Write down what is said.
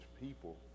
people